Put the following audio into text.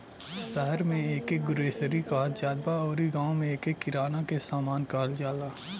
शहर में एके ग्रोसरी कहत जात बा अउरी गांव में एके किराना के सामान कहल जाला